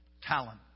talent